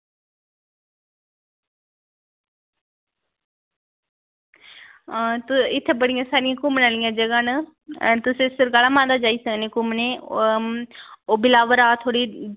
आं ते इत्थें बड़ियां सारियां जगह घुम्मनै आह्लियां न ते तुस सुकराला माता जाई सकने घुम्मनै ई होर ओह् बिलावर दा थोह्ड़ी